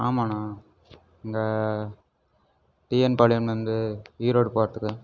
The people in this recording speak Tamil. ஆமாண்ணா இந்த டிஎன்பாளையம்லேருந்து ஈரோடு போறத்துக்கு